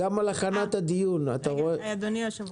גם על הכנת הדיון --- אדוני היושב ראש,